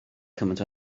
cymaint